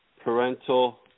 Parental